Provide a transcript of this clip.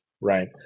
right